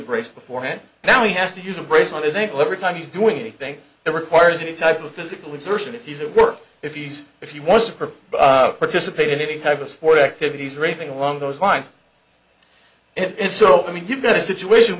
brace before and now he has to use a brace on is a clever time he's doing anything that requires any type of physical exertion if he's at work if he's if you want to participate in any type of sport activities racing along those lines and so i mean you've got a situation